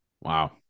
Wow